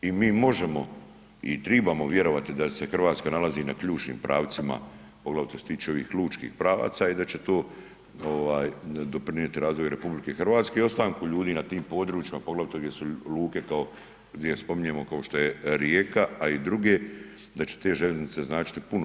I mi možemo i tribamo vjerovati da se Hrvatska nalazi na ključnim pravcima poglavito što se tiče ovih lučkih pravaca i da će to ovaj doprinijeti razvoju RH i ostanku ljudi na tim područjima poglavito gdje su luke kao, gdje je spominjemo kao što je Rijeka, a i druge, da će te željeznice značiti puno.